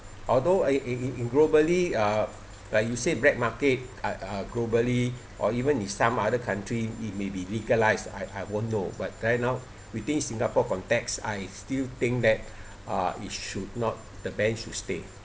although I in in in globally uh like you said black market uh globally or even in some other country it may be legalised I I won't know but right now within singapore context I still think that uh it should not the ban should stay